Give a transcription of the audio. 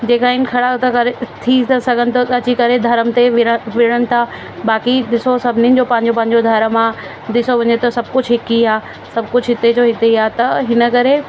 जेका आहिनि खड़ा था करे थी था सघनि त अची करे धर्म ते विर विड़न था बाक़ी ॾिसो सभिनी जो पंहिंजो पंहिंजो धर्म आहे ॾिसो वञे त सभु कुछ हिकु ई आहे सभु कुझु हिते जो हिते ई आहे त हिन करे